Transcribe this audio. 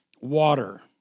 water